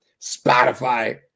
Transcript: Spotify